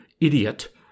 idiot